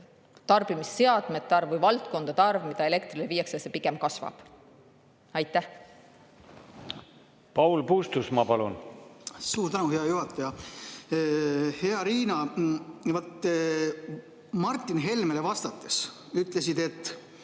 elektritarbimisseadmete arv või valdkondade arv, mida elektrile üle viiakse, pigem kasvab. Paul Puustusmaa, palun! Suur tänu, hea juhataja! Hea Riina! Martin Helmele vastates ütlesid, et